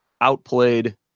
outplayed